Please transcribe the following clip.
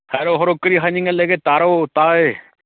ꯍꯥꯏꯔꯛꯑꯣ ꯍꯣꯔꯣ ꯀꯔꯤ ꯍꯥꯏꯅꯤꯡꯉꯥꯏ ꯂꯩꯒꯦ ꯇꯥꯔꯣ ꯇꯥꯏ